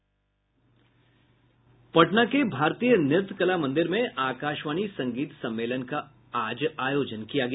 पटना के भारतीय नृत्य कला मंदिर में आकाशवाणी संगीत सम्मेलन का आज आयोजन किया गया